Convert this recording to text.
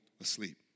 asleep